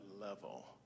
level